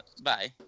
bye